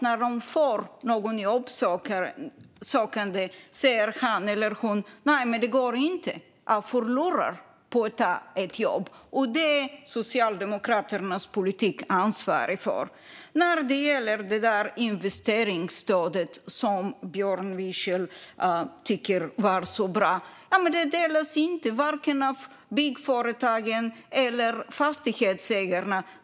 När de får en jobbsökande säger han eller hon: Nej, det går inte - jag förlorar på att ta ett jobb. Detta är Socialdemokraternas politik ansvarig för. När det gäller investeringsstödet, som Björn Wiechel tycker var så bra, delas inte uppfattningen att det var en bra åtgärd av vare sig byggföretagen eller fastighetsägarna.